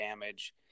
damage